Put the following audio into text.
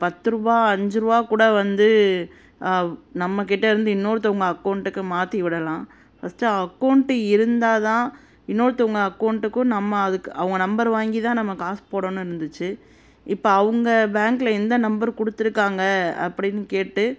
பத்துருபா அஞ்சுருபா கூட வந்து நம்மக்கிட்ட இருந்து இன்னொருத்தவங்கள் அக்கௌண்ட்டுக்கு மாற்றி விடலாம் ஃபர்ஸ்ட்டு அக்கௌண்ட்டு இருந்தால் தான் இன்னொருத்தவங்கள் அக்கௌண்ட்டுக்கும் நம்ம அதுக்கு அவங்க நம்பர் வாங்கி தான் நம்ம காசு போடணும்னு இருந்துச்சு இப்போ அவங்க பேங்க்ல எந்த நம்பர் கொடுத்துருக்காங்க அப்படின்னு கேட்டு